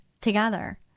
together